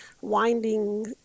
winding